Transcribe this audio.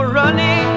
running